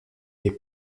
est